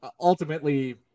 ultimately